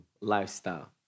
lifestyle